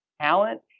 talent